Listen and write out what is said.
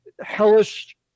hellish